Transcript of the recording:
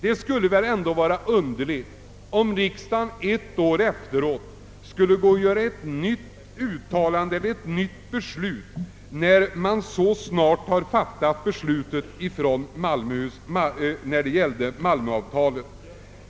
Det skulle väl ändå vara underligt om riksdagen ett år efteråt skulle göra ett nytt uttalande och fatta nytt beslut, när den så nyligen har tagit ståndpunkt i frågan om malmöavtalet.